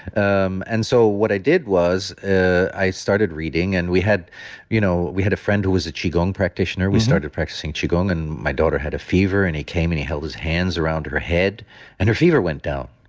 um and so what i did was, ah i started reading and we had you know we had a friend who was a qigong practitioner. we started practicing qigong and my daughter had a fever and he came in, he held his hands around her head and her fever went down.